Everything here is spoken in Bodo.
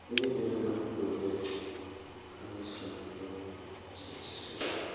बे धोरोमा गुरुदेब कालिचरन ब्रह्म सानसे समाव